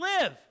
live